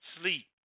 Sleep